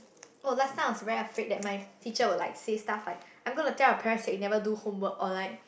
oh last time I was very epic that my teacher will like say stuff like I'm going to tell your parents that you never do homework or like